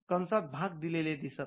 कंसात भाग दिलेले आहेत